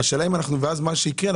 ואז מה שיקרה,